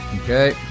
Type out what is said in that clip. Okay